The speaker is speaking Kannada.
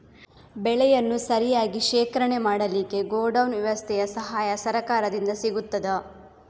ಬೆಳೆಯನ್ನು ಸರಿಯಾಗಿ ಶೇಖರಣೆ ಮಾಡಲಿಕ್ಕೆ ಗೋಡೌನ್ ವ್ಯವಸ್ಥೆಯ ಸಹಾಯ ಸರಕಾರದಿಂದ ಸಿಗುತ್ತದಾ?